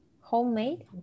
homemade